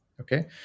Okay